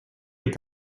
est